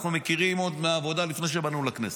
אנחנו מכירים עוד מהעבודה לפני שבאנו לכנסת.